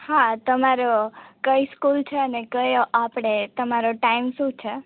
હા તમારો કઈ સ્કૂલ છે ને કયો આપણે તમારો ટાઈમ શું છે